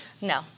No